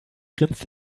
grinst